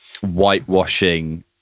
whitewashing